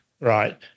right